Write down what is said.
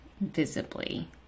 visibly